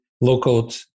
low-code